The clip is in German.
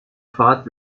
fahrt